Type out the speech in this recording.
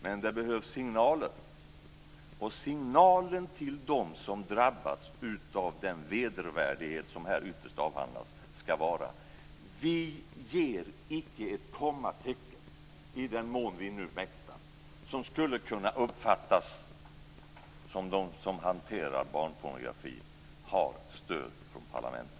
Men det behövs signaler, och signalen till dem som drabbats av den vedervärdighet som här ytterst avhandlas skall vara: Vi ger icke ett kommatecken, i den mån vi nu mäktar, som skulle kunna uppfattas som att de som hanterar barnpornografi har stöd från parlamentet.